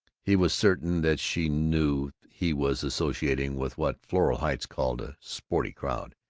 he was certain that she knew he was associating with what floral heights called a sporty crowd,